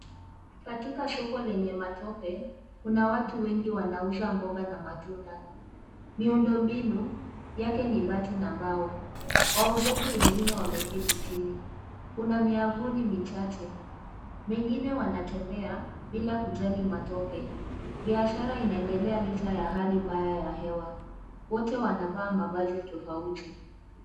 Katika soko lenye matope, kuna watu wengi wanauza mboga na matunda. Miundo mbinu yake ni bati na mbao. Wauzaji wengine wameketi chini. Kuna miavuli michache. Wengine wanatembea, bila kujali matope. Biashara inaendelea licha ya hali mbaya ya hewa. Wote wanavaa mavazi tofauti.